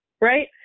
right